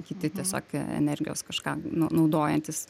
kiti tiesiog energijos kažką naudojantys